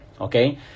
okay